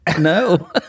no